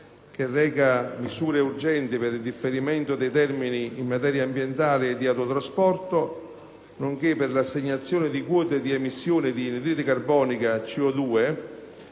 72, recante misure urgenti per il differimento di termini in materia ambientale e di autotrasporto, nonché per l'assegnazione di quote di emissione di CO2,